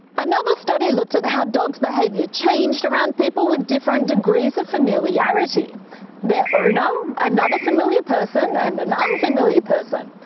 another study looked at how dogs' behaviour changed around people with different degrees of familiarity their owner, another familiar person and an unfamiliar person.